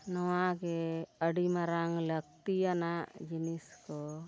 ᱱᱚᱣᱟ ᱜᱮ ᱟᱹᱰᱤ ᱢᱟᱨᱟᱝ ᱞᱟᱹᱠᱛᱤᱭᱟᱱᱟᱜ ᱡᱤᱱᱤᱥ ᱠᱚ